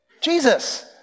Jesus